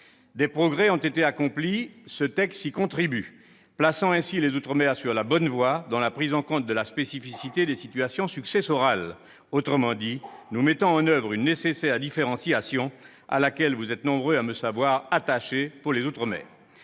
Des progrès ont été accomplis ; ce texte y contribue, plaçant ainsi les outre-mer sur la bonne voie dans la prise en compte de la spécificité des situations successorales. Autrement dit, nous mettons en oeuvre une nécessaire différenciation à laquelle vous êtes nombreux à me savoir attaché pour les outre-mer.